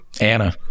anna